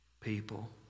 people